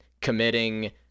committing